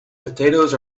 potatoes